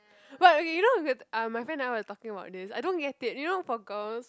but you know okay ah my friend and I were talking about this I don't get it you know for girls